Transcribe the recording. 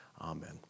Amen